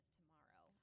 tomorrow